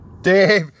Dave